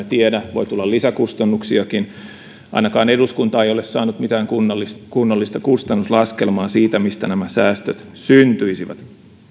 tiedä voi tulla lisäkustannuksiakin ainakaan eduskunta ei ole saanut mitään kunnollista kunnollista kustannuslaskelmaa siitä mistä nämä säästöt syntyisivät